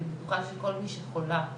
תודה רבה.